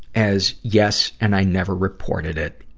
as, yes, and i never reported it,